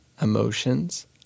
emotions